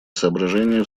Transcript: соображения